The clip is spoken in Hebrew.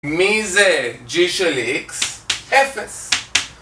מי זה ג'י של איקס? אפס.